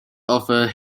offered